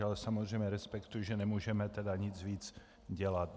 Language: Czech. Ale samozřejmě respektuji, že nemůžeme nic víc dělat.